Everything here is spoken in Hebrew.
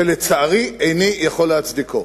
שלצערי איני יכול להצדיקו,